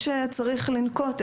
כיצד אנחנו יכולים לסייע,